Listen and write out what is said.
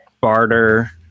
barter